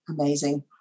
amazing